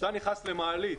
כשאתה נכנס למעלית,